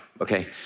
okay